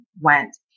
went